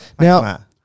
Now